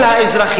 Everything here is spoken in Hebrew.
התרבות והספורט.